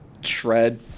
shred